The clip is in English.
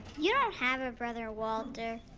you don't have a brother walter.